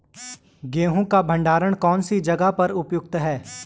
गेहूँ का भंडारण कौन सी जगह पर उपयुक्त है?